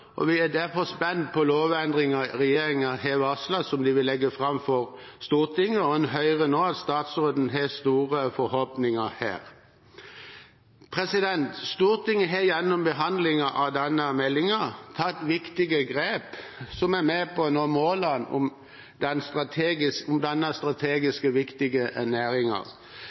og vi er derfor spent på lovendringen regjeringen har varslet, og som de vil legge fram for Stortinget. Man hører nå at statsråden har store forhåpninger her. Stortinget har gjennom behandlingen av denne meldingen tatt viktige grep som er med på å nå målene for denne strategisk